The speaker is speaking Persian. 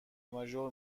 مژر